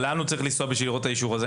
לאן הוא צריך לנסוע כדי לראות את האישור?